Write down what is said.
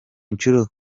inshuro